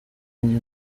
njye